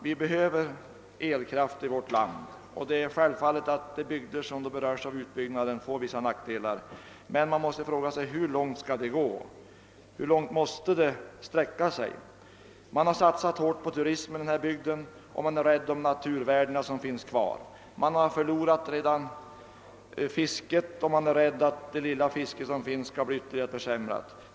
Vi behöver elkraft i vårt land, och det är självfallet att de bygder som berörs av utbyggnader får vissa nackdelar, men man måste fråga sig hur långt dessa skall få sträcka sig. Man har satsat hårt på turismen i denna bygd, och man är rädd om de naturvärden som finns kvar. Man har redan förlorat det mesta av fisket och fruktar att det lilla som återstår skall bli ytterligare försämrat.